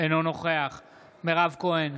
אינו נוכח מירב כהן,